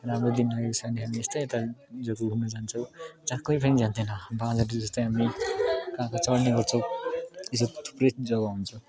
राम्रो दिन भएको छ भने हामी यस्तै यता घुम्नु जान्छौँ जहाँ कोही पनि जाँदैन बाँदर जस्तै हामी कहाँ कहाँ चड्ने गर्छौँ यासरी थुप्रै जग्गा घुम्छौँ